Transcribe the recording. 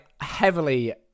heavily